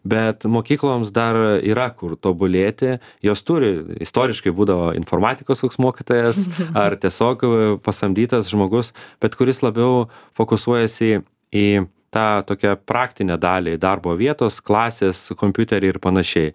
bet mokykloms dar yra kur tobulėti jos turi istoriškai būdavo informatikos koks mokytojas ar tiesiog pasamdytas žmogus bet kuris labiau fokusuojas į į tą tokią praktinę dalį darbo vietos klasės kompiuteriai ir panašiai